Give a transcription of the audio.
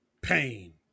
pain